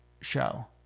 show